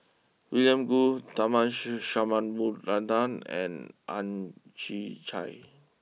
William Goode Tharman Shanmugaratnam and Ang Chwee Chai